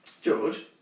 George